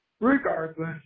Regardless